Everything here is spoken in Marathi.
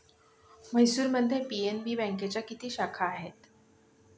म्हैसूरमध्ये पी.एन.बी बँकेच्या किती शाखा आहेत?